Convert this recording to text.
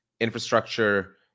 infrastructure